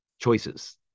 choices